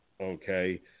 okay